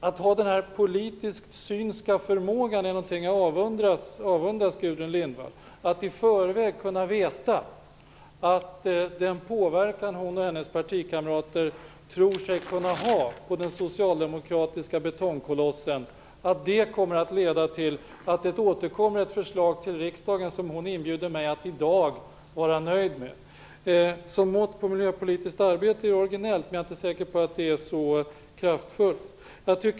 Att ha denna politiskt synska förmåga är någonting jag avundas Gudrun Lindvall, att i förväg kunna veta att den påverkan hon och hennes partikamrater tror sig kunna ha på den socialdemokratiska betongkolossen kommer att leda till att regeringen återkommer med ett förslag till riksdagen som hon inbjuder mig att i dag vara nöjd med. Som mått på miljöpolitiskt arbete är det originellt, men jag är inte säker på att det är så kraftfullt.